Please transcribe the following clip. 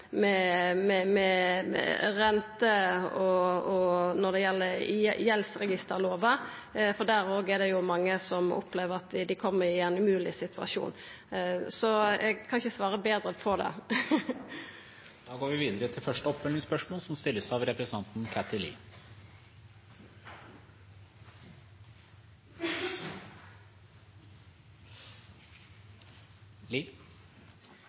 når det gjeld gjeldsregisterlova, for der er det òg mange som opplever at dei kjem i ein umogleg situasjon. Eg kan ikkje svara betre på det. Det blir oppfølgingsspørsmål – først Kathy Lie. I januar stilte jeg spørsmål til